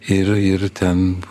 ir ir ten